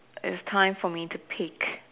is time for me to pick